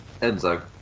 Enzo